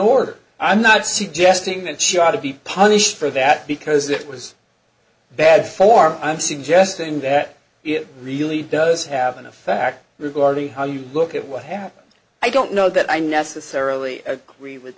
order i'm not suggesting that shot to be punished for that because it was bad form i'm suggesting that it really does have an effect regarding how you look at what happened i don't know that i necessarily agree with